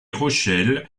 rochelle